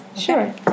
Sure